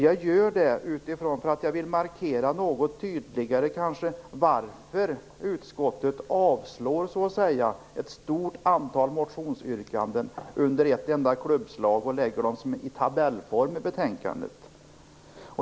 Jag gjorde det därför att jag något tydligare ville markera varför utskottet avstyrker ett stort antal motionsyrkanden under ett enda klubbslag och lägger dem i tabellform i betänkandet.